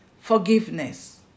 forgiveness